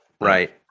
Right